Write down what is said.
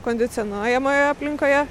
kondicionuojamoje aplinkoje